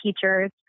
teachers